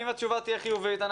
אם התשובה תהיה חיובית,